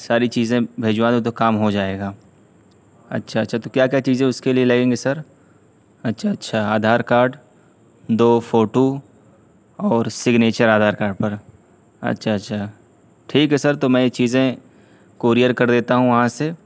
ساری چیزیں بھجوا دوں تو کام ہو جائے گا اچھا اچھا تو کیا کیا چیزیں اس کے لیے لگیں گے سر اچھا اچھا آدھار کاڈ دو فوٹو اور سگنیچر آدھار کاڈ پر اچھا اچھا ٹھیک ہے سر تو میں یہ چیزیں کوریئر کر دیتا ہوں وہاں سے